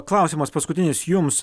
klausimas paskutinis jums